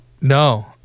No